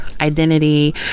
identity